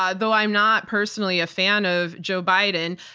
ah though i am not personally a fan of joe biden,